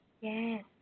Yes